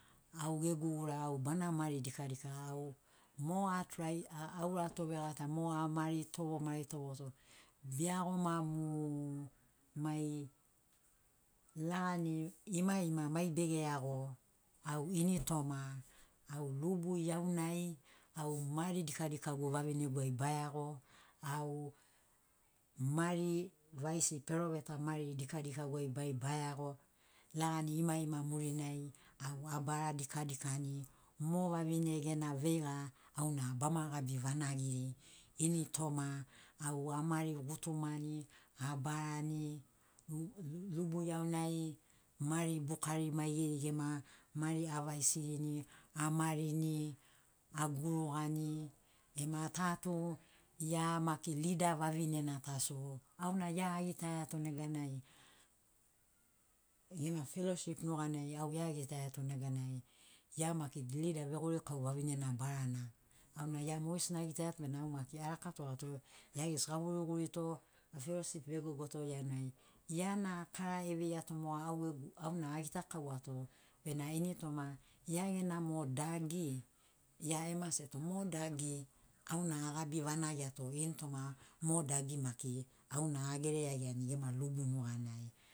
Au gegu ura, au bana mari dika dika, au mo atrai a aurato vegatana mo a maritogo maritogoto beiagoma mo mai lagani ima- ima mai bege iago au ini toma au lubu iaunai, au mari dika dikagu vavinegu ai baiago, au mari vaisi, peroveta mari dika dikagu ai mai baiago, lagani ima- ima murinai au abara dika dikani mo vavine gena veiga au na bama gabi vanagiri ini toma au amari gutumani, abarani, lubu iaunai mari bukari maigeri gema mari avaisirini, amarini, agurugani, ema ta tu ia maki lida vavinena ta so auna ia agitaiato nega nai gema feloship nuga nai au ia agitaiato nega nai ia maki lida, vegorikau vavinena barana. auna ia mogesina agitaiato bena au maki arakatogato ia gesi ga guri gurito, ga feloship vegogoto, ia na ia na kara eveiato moga au gegu auna agitakauato bena ini toma ia gena mo dagi, ia e maseto mo dagi auna agabi vanagiato ini toma mo dagi maki auna agereiagiani gema lubu nuga nai